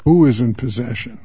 who is in possession